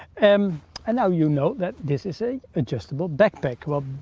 um and now you know that this is a adjustable backpack. well,